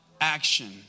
action